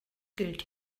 gilt